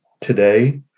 today